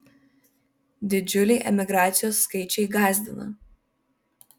didžiuliai emigracijos skaičiai gąsdina